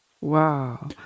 Wow